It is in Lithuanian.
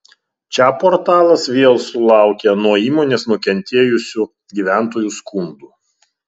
čia portalas vėl sulaukė nuo įmonės nukentėjusių gyventojų skundų